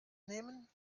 nehmen